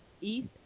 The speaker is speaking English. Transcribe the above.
East